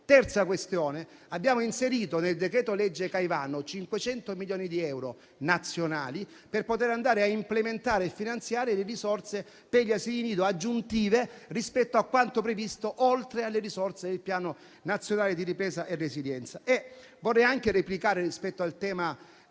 Terza questione, abbiamo inserito nel decreto-legge Caivano 500 milioni di euro nazionali per poter andare a implementare e finanziare le risorse per gli asili nido, aggiuntive rispetto a quanto previsto dal Piano nazionale di ripresa e resilienza. Vorrei anche replicare rispetto al tema